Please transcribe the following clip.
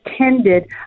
attended